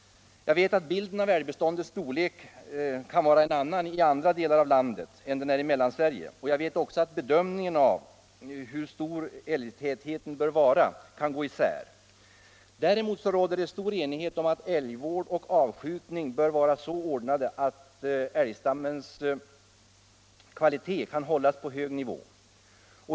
Jag vet att bilden av älgbeståndets storlek kan vara en annan i övriga delar av landet än den är i Mellansverige. Jag vet också att bedömningarna kan gå isär när det gäller frågan hur stor älgtätheten bör vara. Däremot råder stor enighet om att älgvård och avskjutning bör vara så ordnade att älgstammens kvalitet kan hållas på en hög nivå.